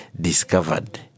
discovered